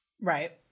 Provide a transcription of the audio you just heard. right